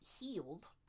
healed